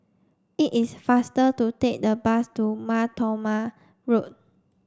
it is faster to take the bus to Mar Thoma Road